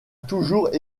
toujours